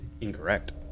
Incorrect